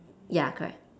ya correct